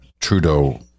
Trudeau